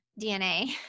DNA